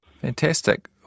fantastic